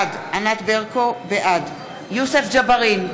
בעד יוסף ג'בארין,